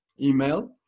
email